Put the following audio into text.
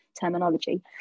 terminology